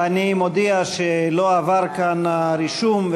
אני מודיע שלא עבר כאן הרישום,